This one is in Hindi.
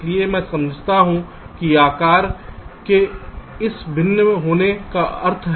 इसलिए मैं समझाता हूं कि आकार के इस भिन्न होने का क्या अर्थ है